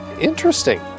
interesting